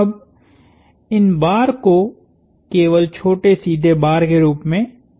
अब इन बार को केवल छोटे सीधे बार के रूप में दिखाया गया था